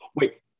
Wait